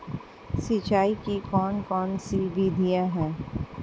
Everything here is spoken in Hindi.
सिंचाई की कौन कौन सी विधियां हैं?